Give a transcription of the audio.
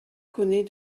connaît